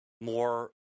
more